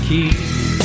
Keys